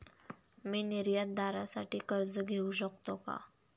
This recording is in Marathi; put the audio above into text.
मी निर्यातदारासाठी कर्ज घेऊ शकतो का?